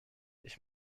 ich